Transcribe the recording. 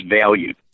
valued